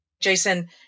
Jason